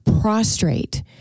prostrate